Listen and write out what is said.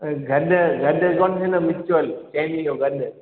ऐं गॾु गॾु कोन थींदो म्युचुअल चइनी जो गॾु